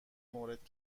مورد